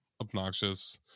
obnoxious